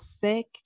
thick